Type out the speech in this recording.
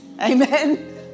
Amen